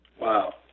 Wow